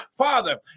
Father